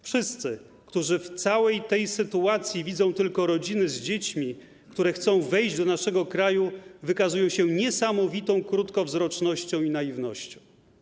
Wszyscy, którzy w całej tej sytuacji widzą tylko rodziny z dziećmi, które chcą wejść do naszego kraju, wykazują się niesamowitą krótkowzrocznością i naiwnością.